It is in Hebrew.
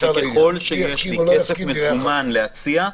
שככל שיש לי כסף מזומן להציע,